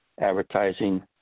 advertising